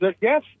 Yes